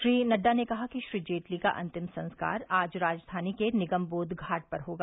श्री नड्डा ने कहा कि श्री जेटली का अन्तिम संस्कार आज राजधानी के निगमबोध घाट पर होगा